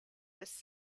was